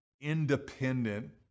independent